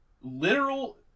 literal